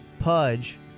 Pudge